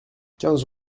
quinze